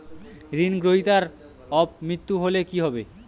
ঋণ গ্রহীতার অপ মৃত্যু হলে কি হবে?